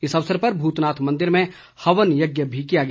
इस अवसर पर भूतनाथ मंदिर में हवन यज्ञ भी किया गया